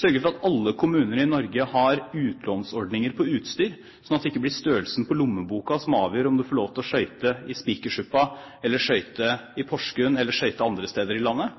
sørge for at alle kommuner i Norge har utlånsordninger for utstyr, slik at det ikke blir størrelsen på lommeboken som avgjør om man får skøyte i Spikersuppa eller skøyte i Porsgrunn eller andre steder i landet.